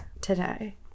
today